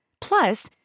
Plus